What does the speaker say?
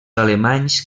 alemanys